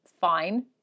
fine